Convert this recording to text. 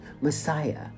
Messiah